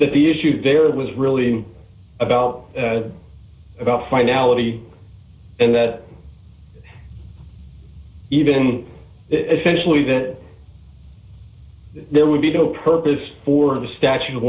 that the issue there was really about about finality and that even essentially that there would be no purpose for the statute of